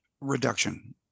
reduction